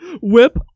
Whip